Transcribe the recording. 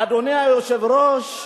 אדוני היושב-ראש,